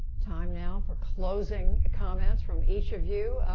time now for closing comments from each of you.